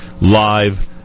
live